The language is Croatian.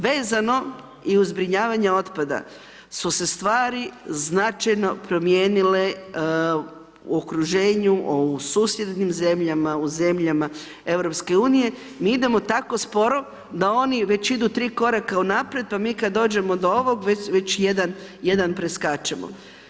Vezano i uz zbrinjavanja otpada, su se stvari značajno promijenilo u okruženju u susjednim zemljama, u zemljama EU, mi idemo tako sporo, da oni već idu tri koraka unaprijed, pa mi kada dođemo do ovog, već jedan preskačemo.